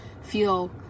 feel